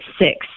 six